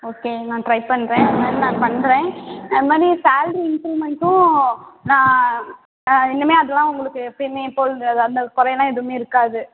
okay நான் try பண்ணுறேன் அது மாதிரி நான் பண்ணுறேன் அது மாதிரி சேல்ரி இன்க்ரிமெண்ட்டும் நான் இனிமேல் அதெல்லாம் உங்களுக்கு எப்போயுமே எப்போதும் இந்த அந்த குறையெல்லாம் எதுவுமே இருக்காது